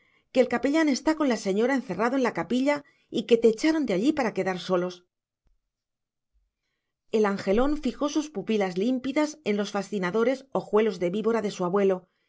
que el capellán está con la señora encerrado en la capilla y que te echaron de allí para quedar solos el angelón fijó sus pupilas límpidas en los fascinadores ojuelos de víbora de su abuelo